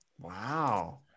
Wow